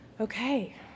Okay